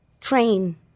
train